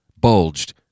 bulged